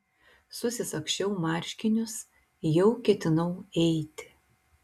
susisagsčiau marškinius jau ketinau eiti